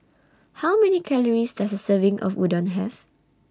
How Many Calories Does A Serving of Udon Have